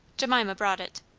jemima brought it.